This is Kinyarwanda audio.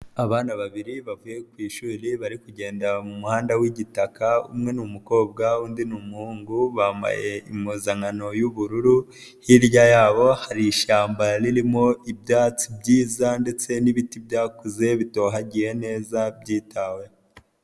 Abana babiri bavuye ku ishuri bari kugendera mu muhanda w'igitaka, umwe n'umukobwa undi n'umuhungu bambaye impuzankano y'ubururu, hirya yabo hari ishyamba ririmo ibyatsi byiza ndetse n'ibiti byakuze bitohagiye neza byitaweho.